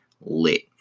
lit